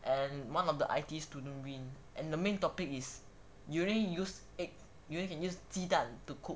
and one of the I_T_E student win and the main topic is you only use egg you only can use 鸡蛋 to cook